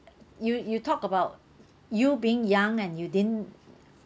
you you talk about you being young and you didn't